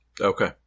Okay